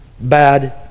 bad